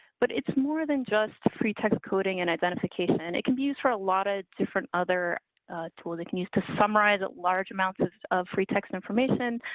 but it's more than just free text coding and identification. it can be used for a lot of different other tool. that can use to summarize large amounts of free text, information,